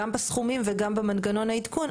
גם בסכומים וגם במנגנון העדכון.